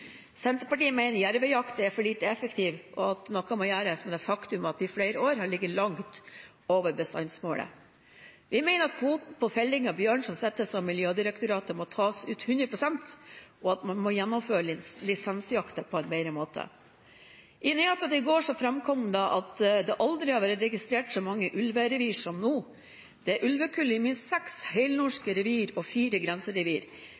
Senterpartiet mener at jervejakten er for lite effektiv, og at noe må gjøres med det faktum at vi i flere år har ligget langt over bestandsmålet. Vi mener at kvoten på felling av bjørn, som settes av Miljødirektoratet, må tas ut 100 pst., og at man må gjennomføre lisensjakten på en bedre måte. I nyhetene i går framkom det at det aldri har vært registrert så mange ulverevir som nå. Det er ulvekull i minst seks helnorske revir og i fire grenserevir.